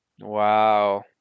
Wow